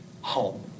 home